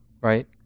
right